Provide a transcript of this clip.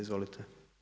Izvolite.